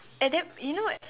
at that you know